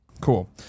Cool